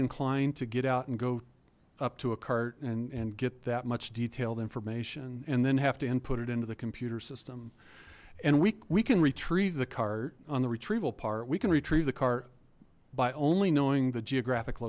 inclined to get out and go up to a cart and and get that much detailed information and then have to input it into the computer system and we can retrieve the cart on the retrieval part we can retrieve the cart by only knowing the geographic